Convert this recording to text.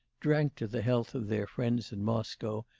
drank to the health of their friends in moscow,